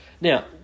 Now